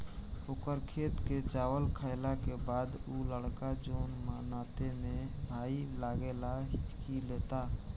ओकर खेत के चावल खैला के बाद उ लड़का जोन नाते में भाई लागेला हिच्की लेता